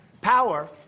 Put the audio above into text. power